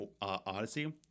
Odyssey